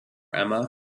emma